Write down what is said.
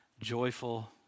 joyful